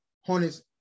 Hornets